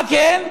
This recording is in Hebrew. מה כן?